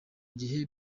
gihe